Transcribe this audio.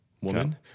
woman